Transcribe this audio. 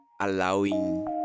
allowing